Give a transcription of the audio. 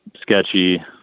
sketchy